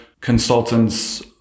consultants